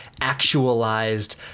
actualized